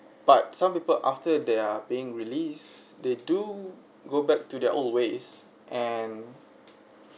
but some people after they are being release they do go back to their old ways and